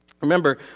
Remember